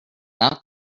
not